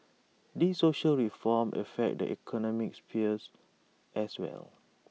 these social reforms affect the economic spheres as well